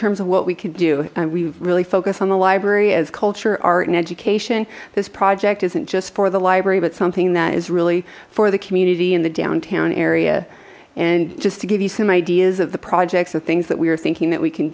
terms of what we could do and we really focus on the library as culture art and education this project isn't just for the library but something that is really for the community in the downtown area and just to give you some ideas of the projects of things that we are thinking that we can